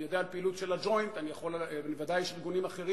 אני יודע על פעילות של ה"ג'וינט" ובוודאי יש גם ארגונים אחרים,